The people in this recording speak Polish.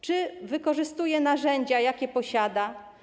Czy wykorzystuje narzędzia, jakie posiada?